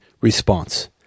response